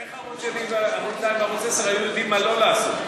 איך ערוץ 2 וערוץ 10 היו יודעים מה לא לעשות?